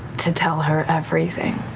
to tell her everything.